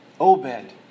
Obed